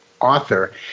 author